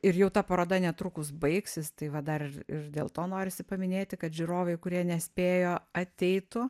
ir jau ta paroda netrukus baigsis tai va dar ir ir dėl to norisi paminėti kad žiūrovai kurie nespėjo ateitų